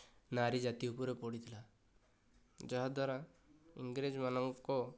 ନାରୀ ଜାତି ଉପରେ ପଡ଼ିଥିଲା ଯାହାଦ୍ୱାରା ଇଂରେଜ ମାନଙ୍କ